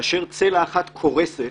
כאשר צלע אחת קורסת,